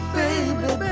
baby